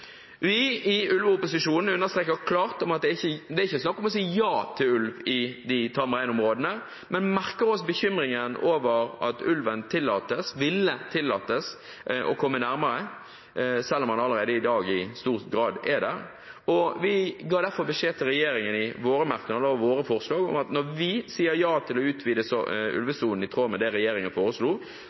Vi i ulveopposisjonen understreker klart at det ikke er snakk om å si ja til ulv i de tamreinområdene, men vi merker oss bekymringen over at ulven ville tillates å komme nærmere – selv om den allerede i dag i stor grad er der – og vi ga derfor beskjed til regjeringen i våre merknader og våre forslag om at når vi sa ja til å utvide ulvesonen i tråd med det regjeringen foreslo,